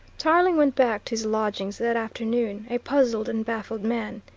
tarling went back to his lodgings that afternoon, a puzzled and baffled man.